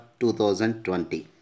2020